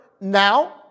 Now